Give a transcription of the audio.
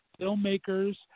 filmmakers